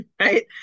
Right